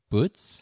Boots